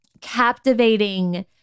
captivating